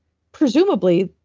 presumably,